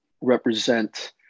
represent